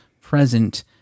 present